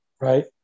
right